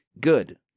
good